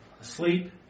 asleep